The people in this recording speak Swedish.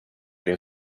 din